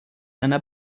einer